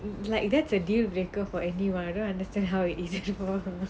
like that's a deal breaker for anyone I don't understand how it isn't for her